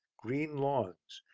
green lawns,